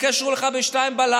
יתקשרו אליך ב-02:00,